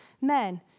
Men